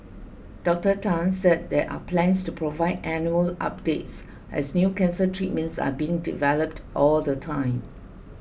Dr Tan said there are plans to provide annual updates as new cancer treatments are being developed all the time